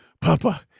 Papa